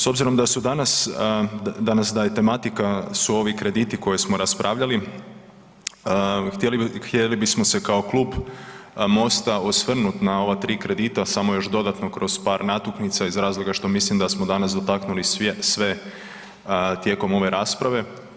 S obzirom da su danas, da je tematika su ovi krediti koji smo raspravljali, htjeli bismo se kao klub Mosta osvrnuti na ova 3 kredita, samo još dodatno kroz par natuknica iz razloga što mislim da smo danas dotaknuli sve tijekom ove rasprave.